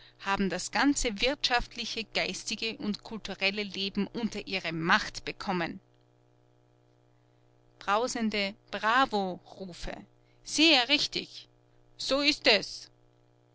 haben das ganze wirtschaftliche geistige und kulturelle leben unter ihre macht bekommen brausende bravo rufe sehr richtig so ist es